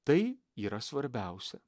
tai yra svarbiausia